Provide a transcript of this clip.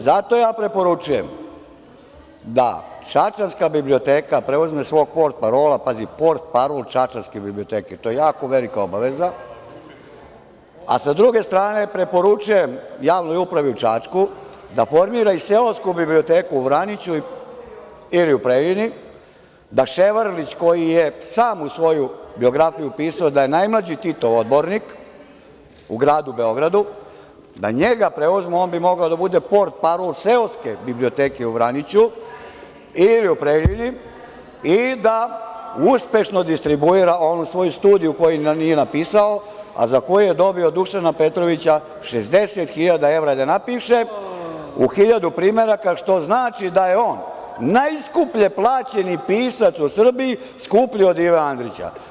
Zato ja preporučujem da čačanska biblioteka preuzme svog portparola, pazi portparol čačanske biblioteke, to je jako velika obaveza, a sa druge strane preporučujem javnoj upravi u Čačku, da formira i seosku biblioteku u Vraniću ili u Preljini, da Ševarlić koji je sam u svoju biografiju pisao da je najmlađi Titov odbornik u gradu Beogradu, da njega preuzmu on bi mogao da bude portparol seoske biblioteke u Vraniću ili u Preljini i da uspešno distribuira onu svoju studiju koju nije napisao, a za koju je dobio od Dušana Petrovića 60.000 evra da napiše u hiljadu primeraka, što znači da je on najskuplje plaćeni pisac u Srbiji, skuplji od Ive Andrića.